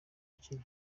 ukiri